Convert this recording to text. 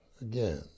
Again